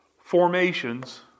formations